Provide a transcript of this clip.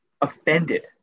offended